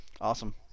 Awesome